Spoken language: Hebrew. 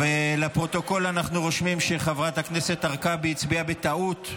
אני קובע כי הצעת חוק המאבק בטרור (תיקון,